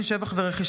ומה עם כתבי